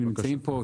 הנה הם נמצאים פה.